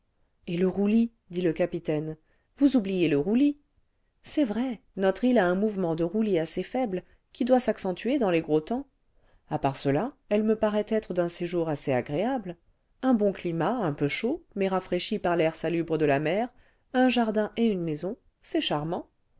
et le roulis dit le capitaine vous oubliez le roulis c'est vrai notre île a un mouvement de roulis assez faible qui le vingtième siècle doit s'accentuer dans les gros temps a part cela elle me paraît être d'un séjour assez agréable un bon climat un peu chaud mais rafraîchi par l'air salubre de la mer un jardin et une maison c'est charmant